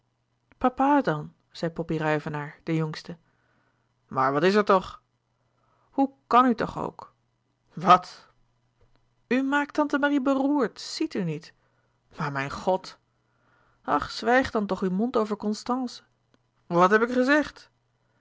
papa dan zei poppie ruyvenaer de jongste maar wat is er toch hoe kàn u toch ook wat u maak tante marie beroèrd sièt u niet maar mijn god ach swijg dan toch uw mond over constance wat heb ik gezegd